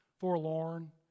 forlorn